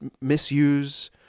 misuse